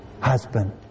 husband